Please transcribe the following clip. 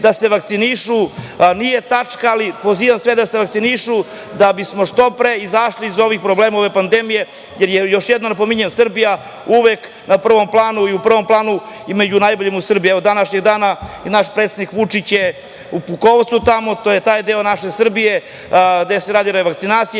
da se vakcinišu. Nije tačka, ali pozivam sve da se vakcinišu, da bismo što pre izašli iz ovih problema, ove pandemije, jer je, još jednom napominjem, Srbija uvek u prvom planu i među najboljima. Evo, današnjeg dana i naš predsednik Vučić je u Pukovcu, to je taj deo naše Srbije gde se radi revakcinacija